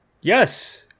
Yes